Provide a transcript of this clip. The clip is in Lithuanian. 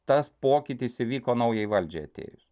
tas pokytis įvyko naujai valdžiai atėjus